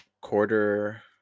quarter